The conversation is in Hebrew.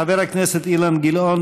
חבר הכנסת אילן גילאון,